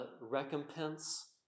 recompense